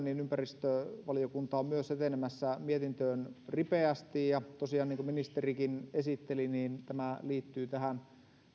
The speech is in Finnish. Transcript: niin ympäristövaliokunta on myös etenemässä mietintöön ripeästi tosiaan niin kuin ministerikin esitteli tämä liittyy tähän